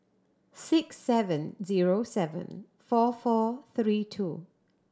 six seven zero seven four four three two